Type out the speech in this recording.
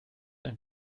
ein